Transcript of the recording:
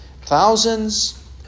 Thousands